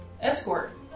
escort